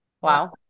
Wow